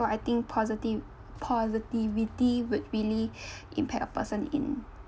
so I think positive positivity would really impact of person in